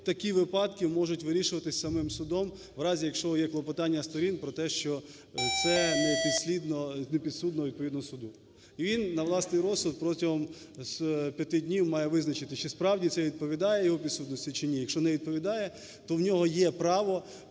такі випадки можуть вирішуватись самим судом в разі, якщо є клопотання сторін про те, що це не підслідно, не підсудно відповідно суду. І на власний розсуд протягом п'яти днів має визначитись чи, справді, це відповідає його підсудності чи ні. Якщо не відповідає, то в нього є право